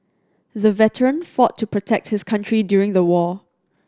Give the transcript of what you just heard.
the veteran fought to protect his country during the war